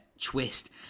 twist